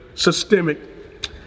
systemic